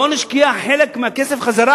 בואו נשקיע חלק מהכסף חזרה.